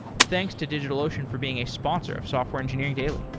thanks to digitalocean for being a sponsor of software engineering daily.